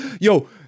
Yo